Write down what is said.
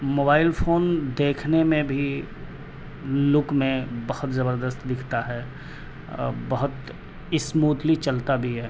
mobile phone دیکھنے میں بھی لک میں بہت زبردست دکھتا ہے بہت اسموتھلی چلتا بھی ہے